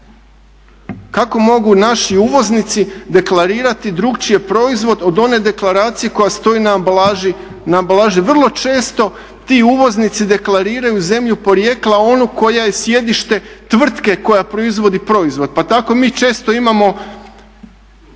Kako mogu naši uvoznici deklarirati drukčije proizvod od one deklaracije koja stoji na ambalaži? Vrlo često ti uvoznici deklariraju zemlju porijekla onog koja je sjedište tvrtke koja proizvodi proizvod. Pa tako mi često imamo